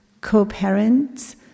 Co-parents